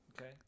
Okay